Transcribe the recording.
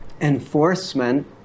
enforcement